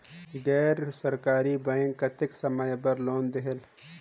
गैर सरकारी बैंक कतेक समय बर लोन देहेल?